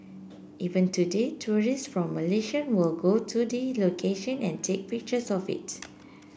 even today tourist from Malaysia will go to the location and take pictures of it